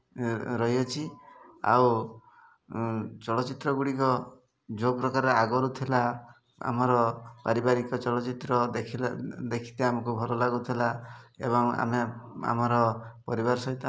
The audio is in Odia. ଆପଣଙ୍କ ଡ୍ରାଇଭର୍ ମାସ୍କ ପିନ୍ଧିନଥିଲେ କୋଭିଡ଼୍ ସମୟ ଏବେ ଏବେ ତ ସବୁଆଡ଼େ କରୋନା ଚାଲିଛି ବିନା ମାସ୍କରେ ଆସିଥିଲେ ସେ ଆଉ ଗାଡ଼ିର ଅବସ୍ଥା ତ ନ କହିବା ଭଲ ଯେମିତି